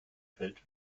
feld